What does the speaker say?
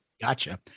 Gotcha